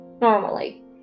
normally